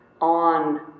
on